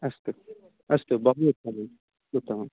अस्तु अस्तु बहूत्तमम् उत्तमम्